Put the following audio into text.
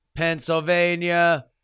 Pennsylvania